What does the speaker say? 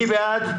מי בעד?